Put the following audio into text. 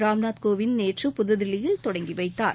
ராம்நாத் கோவிந்த் நேற்று புதுதில்லியில் தொடங்கி வைத்தார்